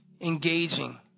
engaging